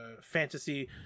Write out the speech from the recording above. fantasy